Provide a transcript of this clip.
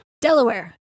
delaware